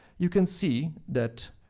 you can see that.